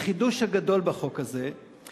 החידוש הגדול בחוק הזה הוא